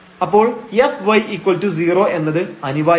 അപ്പോൾ fy0 എന്നത് അനിവാര്യമാണ്